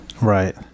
right